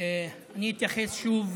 אני אתייחס שוב